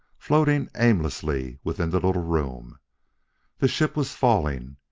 floating aimlessly within the little room the ship was falling,